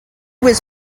was